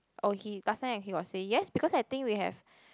oh he last time he got say yes because I think we have